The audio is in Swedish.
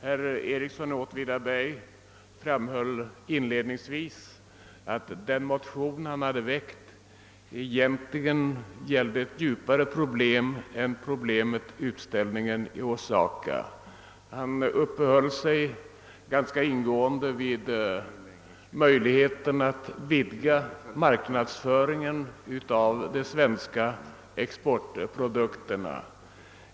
Herr Ericsson i Åtvidaberg framhöll inledningsvis att den motion han hade väckt egentligen gällde ett djupare problem än utställningen i Osaka. Han uppehöll sig ganska ingående vid möjligheten att vidga marknadsföringen av de svenska exportprodukterna.